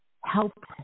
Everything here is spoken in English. help